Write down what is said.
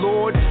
Lord